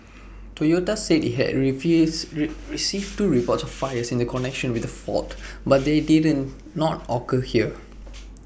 Toyota said IT had reviews received two reports of fires in connection with the fault but they didn't not occur here